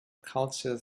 cultures